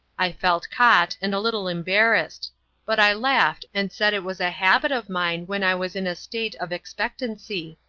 i felt caught, and a little embarrassed but i laughed, and said it was a habit of mine when i was in a state of expenctancy.